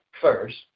first